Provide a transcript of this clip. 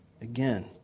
again